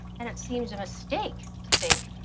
and it seems a mistake to think,